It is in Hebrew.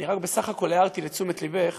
אני בסך הכול הערתי לתשומת לבך